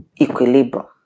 equilibrium